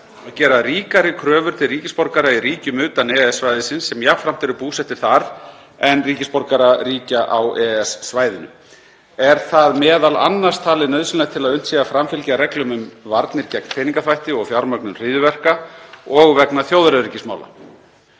að gera ríkari kröfur til ríkisborgara í ríkjum utan EES-svæðisins sem jafnframt eru búsettir þar en ríkisborgara ríkja á EES-svæðinu. Er það m.a. talið nauðsynlegt til að unnt sé að framfylgja reglum um varnir gegn peningaþvætti og fjármögnun hryðjuverka og vegna þjóðaröryggismála.